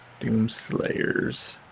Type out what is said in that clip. Doomslayers